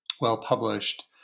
well-published